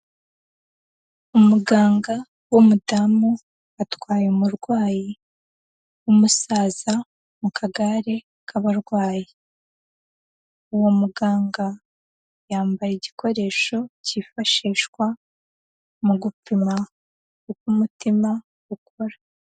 Umuganga w'umudamu, atwaye umurwayi w'umusaza mu kagare k'abarwayi, uwo muganga yambaye igikoresho, cyifashishwa mu gupima uko umutima ukora.